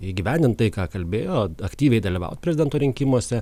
įgyvendint tai ką kalbėjo aktyviai dalyvauti prezidento rinkimuose